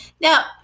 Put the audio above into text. now